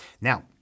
now